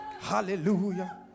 hallelujah